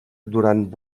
durant